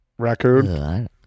Raccoon